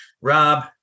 Rob